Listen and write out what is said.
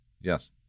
Yes